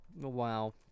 wow